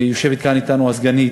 ויושבת אתנו כאן הסגנית,